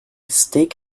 steak